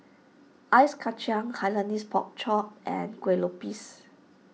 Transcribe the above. Ice Kachang Hainanese Pork Chop and Kueh Lopes